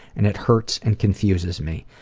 and it hurts and confuses me.